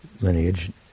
lineage